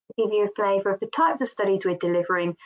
give you a flavor of the types of studies we're delivering,